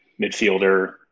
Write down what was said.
midfielder